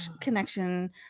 connection